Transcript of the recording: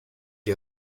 est